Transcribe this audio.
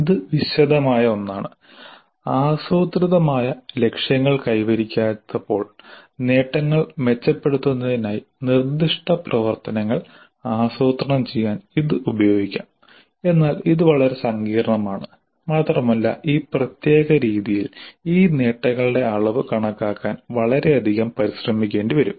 ഇത് വിശദമായ ഒന്നാണ് ആസൂത്രിതമായ ലക്ഷ്യങ്ങൾ കൈവരിക്കാത്തപ്പോൾ നേട്ടങ്ങൾ മെച്ചപ്പെടുത്തുന്നതിനായി നിർദ്ദിഷ്ട പ്രവർത്തനങ്ങൾ ആസൂത്രണം ചെയ്യാൻ ഇത് ഉപയോഗിക്കാം എന്നാൽ ഇത് വളരെ സങ്കീർണ്ണമാണ് മാത്രമല്ല ഈ പ്രത്യേക രീതിയിൽ ഈ നേട്ടങ്ങളുടെ അളവ് കണക്കാക്കാൻ വളരെയധികം പരിശ്രമിക്കേണ്ടിവരും